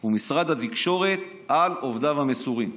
הוא משרד התקשורת על עובדיו המסורים.